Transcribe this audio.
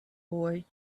boy